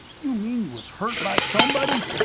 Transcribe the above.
you mean you was hurt by somebody?